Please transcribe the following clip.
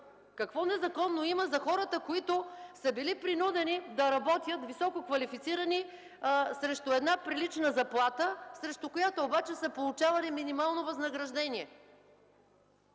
Какво незаконно има за хората, които са били принудени да работят, висококвалифицирани, срещу прилична заплата, срещу която обаче са получавали минимално възнаграждение,